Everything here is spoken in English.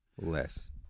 Less